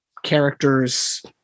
Characters